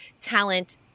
talent